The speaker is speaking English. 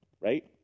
right